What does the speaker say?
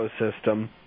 ecosystem